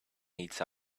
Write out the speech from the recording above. needs